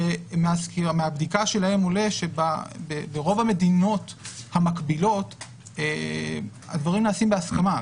שמהבדיקה שלהם עולה ברוב המדינות המקבילות הדברים נעשים בהסכמה.